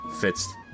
fits